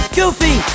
Goofy